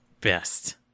Best